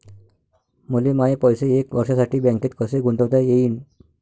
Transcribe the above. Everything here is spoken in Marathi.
मले माये पैसे एक वर्षासाठी बँकेत कसे गुंतवता येईन?